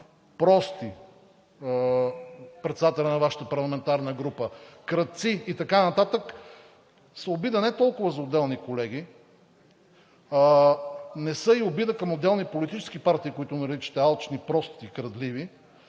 прости – председателят на Вашата парламентарна група, крадци и така нататък, са обида не толкова за отделни колеги, не са и обида към отделни политически партии, които наричате алчни, прости, крадливи,